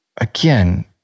again